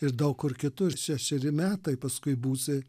ir daug kur kitur šešeri metai paskui būsi